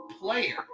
player